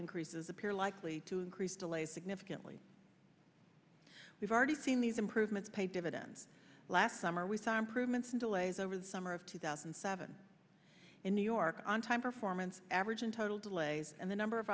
increases appear likely to increase delays significantly we've already seen these improvements pay dividends last summer we saw improvements in delays over the summer of two thousand and seven in new york on time performance average in total delays and the number of